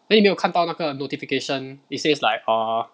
then 你没有看到那个 notification it says like err